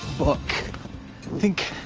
book. i think,